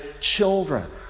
children